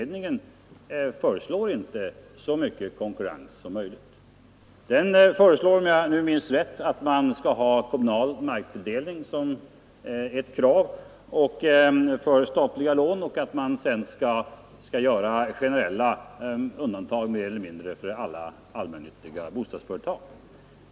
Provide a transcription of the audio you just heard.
Den föreslår, om jag minns rätt, att man skall ha kommunal marktilldelning som ett krav för statliga lån och att man sedan skall medge generella undantag för i stort sett alla allmännyttiga bostadsföretag som bygger i egen regi.